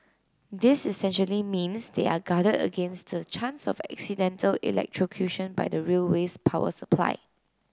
this essentially means they are guarded against the chance of accidental electrocution by the railway's power supply